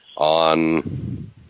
On